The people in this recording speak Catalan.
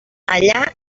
allà